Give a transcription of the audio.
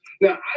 Now